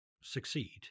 succeed